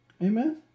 Amen